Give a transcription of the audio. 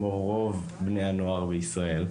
כמו רוב בני הנוער בישראל,